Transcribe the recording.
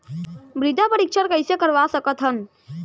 मृदा परीक्षण कइसे करवा सकत हन?